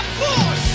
force